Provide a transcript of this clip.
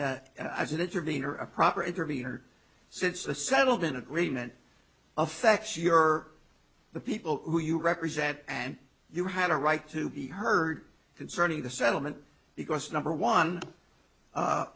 or a proper intervene or since the settlement agreement affects your the people who you represent and you have a right to be heard concerning the settlement because number one